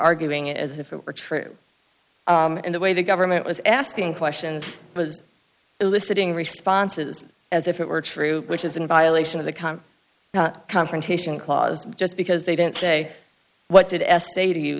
arguing it as if it were true and the way the government was asking questions was eliciting responses as if it were true which is in violation of the calm confrontation clause just because they didn't say what did s